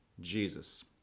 Jesus